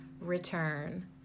return